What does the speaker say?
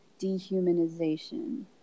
dehumanization